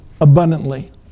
abundantly